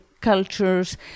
cultures